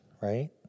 right